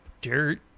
dirt